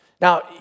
Now